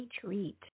treat